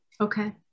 Okay